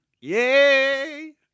Yay